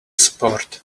support